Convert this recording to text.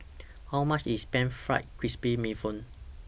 How much IS Pan Fried Crispy Bee Hoon